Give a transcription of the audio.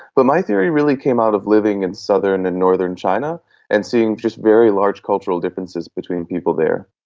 but my theory really came out of living in southern and northern china and seeing just very large cultural differences between people there.